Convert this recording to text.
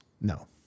No